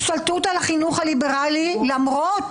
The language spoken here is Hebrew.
השתלטות על החינוך הליברלי כאשר למרות